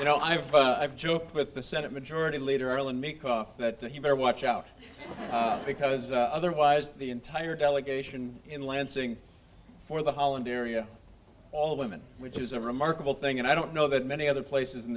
you know i've joked with the senate majority leader earl and me cough that you better watch out because otherwise the entire delegation in lansing for the holland area all women which is a remarkable thing and i don't know that many other places in